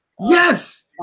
Yes